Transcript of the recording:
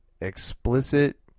explicit